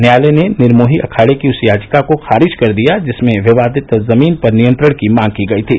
न्यायालय ने निर्मेही अखाड़े की उस याचिका को खारिज कर दिया जिसमें विवादित जमीन पर नियंत्रण की मांग की गई थी